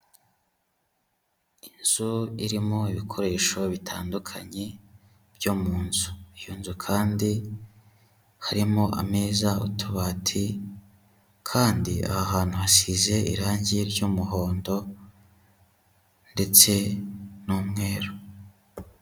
Inzu irimo ibikoresho bitandukanye byo mu nzu. Iyo nzu kandi harimo ameza, utubati kandi aha hantu hasize irangi ry'umuhondo ndetse n'umweru.